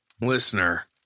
Listener